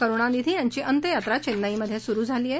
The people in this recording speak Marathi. करुणानिधी यांची अंत्ययात्रा चेन्नईमध्ये सुरू झाली आहे